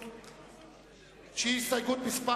מס'